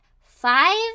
five